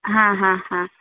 हा हा हा